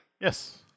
Yes